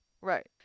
Right